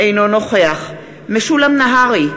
אינו נוכח משולם נהרי,